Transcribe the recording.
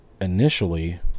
initially